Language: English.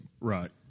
Right